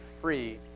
free